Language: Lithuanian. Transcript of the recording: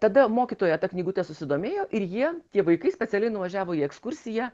tada mokytoja ta knygute susidomėjo ir jie tie vaikai specialiai nuvažiavo į ekskursiją